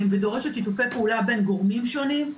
ודורשת שיתופי פעולה בין גורמים שונים,